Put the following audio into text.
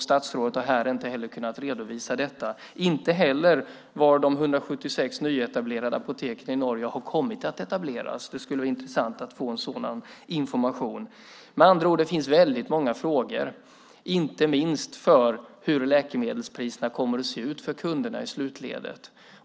Statsrådet har här inte kunnat redovisa detta - inte heller var de 176 nyetablerade apoteken i Norge har etablerats. Det skulle vara intressant att få sådan information. Det finns många frågor, inte minst om hur läkemedelspriserna kommer att se ut för kunderna i slutledet.